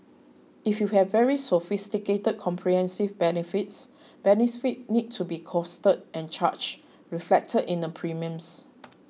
if you have very sophisticated comprehensive benefits benefits need to be costed and charged reflected in the premiums